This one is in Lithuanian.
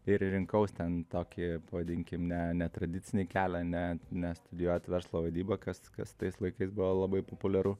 ir rinkaus ten tokį pavadinkim ne netradicinį kelią ne ne studijuot verslo vadybą kas kas tais laikais buvo labai populiaru